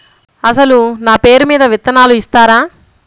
అసలు నా పేరు మీద విత్తనాలు ఇస్తారా?